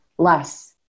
less